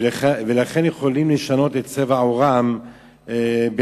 ולכן הם יכולים לשנות את צבע עורם בנקל.